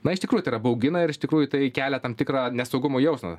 na iš tikrųjų tai yra baugina ir iš tikrųjų tai kelia tam tikrą nesaugumo jausmą